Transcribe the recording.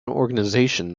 organization